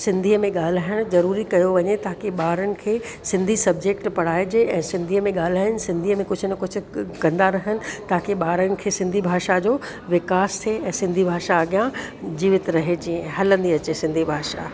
सिंधीअ में ॻाल्हाइणु ज़रूरी कयो वञे ताकि ॿारनि खे सिंधी सबजेक्ट पढ़ाए जे ऐं सिंधीअ में ॻाल्हाइनि सिंधीअ में कुझु न कुझु कंदा रहनि ताकि ॿारनि खे सिंधी भाषा जो विकास थिए ऐं सिंधी भाषा अॻियां जीवित रहे जीअं हलंदी अचे सिंधी भाषा